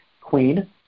Queen